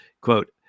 quote